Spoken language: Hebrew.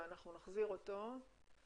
נחזיר אותו.